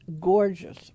gorgeous